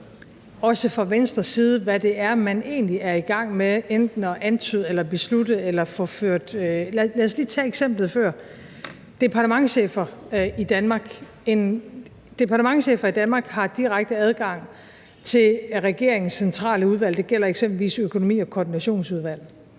også fra Venstres side – hvad det er, man egentlig er i gang med enten at antyde eller beslutte. Lad os lige tage eksemplet fra før: Departementschefer i Danmark har direkte adgang til regeringens centrale udvalg – det gælder eksempelvis økonomi- og koordinationsudvalget.